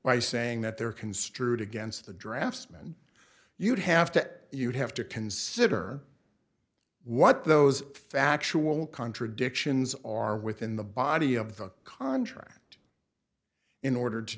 by saying that they're construed against the draftsman you'd have to you'd have to consider what those factual contradictions are within the body of the contract in order to